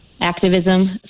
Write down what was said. activism